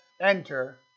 enter